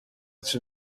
it’s